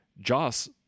Joss